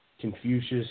Confucius